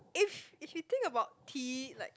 if if he think about T like